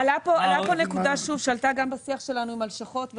עלתה פה נקודה שעלתה גם בשיח שלנו עם הלשכות,